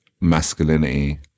masculinity